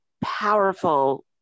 powerful